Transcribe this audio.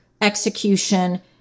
execution